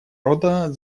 рода